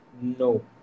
No